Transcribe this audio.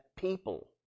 people